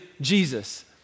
Jesus